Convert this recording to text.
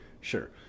Sure